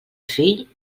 fill